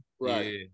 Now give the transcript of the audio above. right